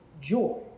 joy